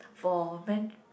for ven~